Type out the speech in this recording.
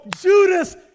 Judas